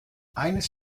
eines